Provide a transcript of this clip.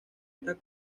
estas